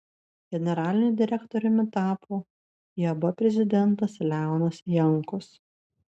generaliniu direktoriumi tapo iab prezidentas leonas jankus